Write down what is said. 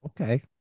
Okay